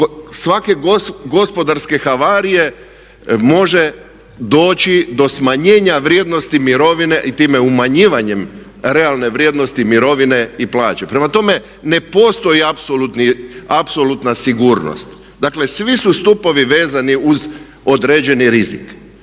svake gospodarske havarije može doći do smanjenja vrijednosti mirovine i time umanjivanjem realne vrijednosti mirovine i plaće. Prema tome, ne postoji apsolutna sigurnost. Dakle svi su stupovi vezani uz određeni rizik.